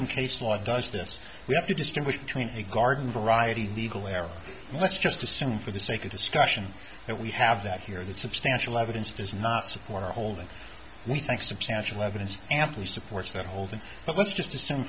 in case law does this we have to distinguish between a garden variety legal era let's just assume for the sake of discussion that we have that here that substantial evidence does not support our holding we think substantial evidence amply supports that whole thing but let's just assume